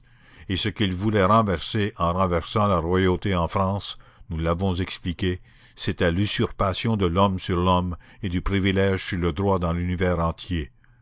et ce qu'ils voulaient renverser en renversant la royauté en france nous l'avons expliqué c'était l'usurpation de l'homme sur l'homme et du privilège sur le droit dans l'univers entier